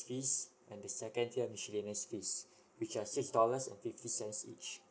fees and the second tier miscellaneous fees which are six dollars and fifty cents each